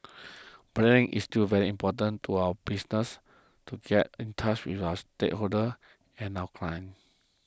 branding is still very important for our business to get in touch with our stakeholders and our clients